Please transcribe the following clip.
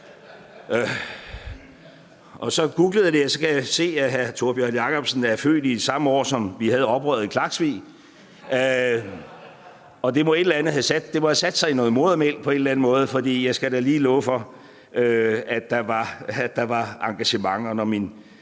Jeg googlede det, og så kunne jeg se, at hr. Tórbjørn Jacobsen er født samme år, som vi havde oprøret i Klaksvík, og det må have sat sig i modermælken på en eller anden måde – for jeg skal da lige love for, at der var engagement.